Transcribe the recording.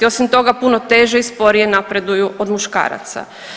Osim toga puno teže i sporije napreduju od muškaraca.